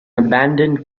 abandoned